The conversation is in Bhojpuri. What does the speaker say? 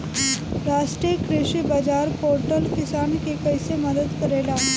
राष्ट्रीय कृषि बाजार पोर्टल किसान के कइसे मदद करेला?